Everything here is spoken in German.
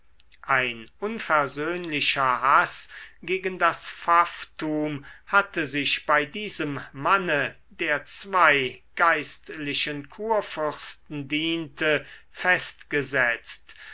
ein unversöhnlicher haß gegen das pfafftum hatte sich bei diesem manne der zwei geistlichen kurfürsten diente festgesetzt